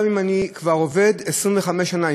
גם אם אני כבר עובד 25 שנה,